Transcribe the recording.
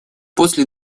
после